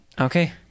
Okay